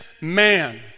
man